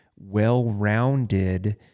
well-rounded